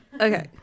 Okay